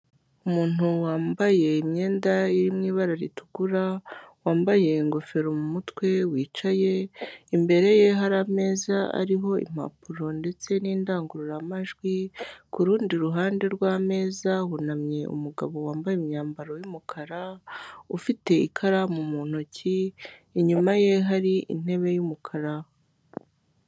Umuntu wambaye imyenda iri mu ibara ritukura wambaye ingofero mu mutwe wicaye, imbere ye hari ameza ariho impapuro ndetse n'indangururamajwi, kurundi ruhande rw'ameza hunamye umugabo wambaye imyambaro y'umukara ufite ikaramu mu ntoki, inyuma ye hari intebe y'umukara.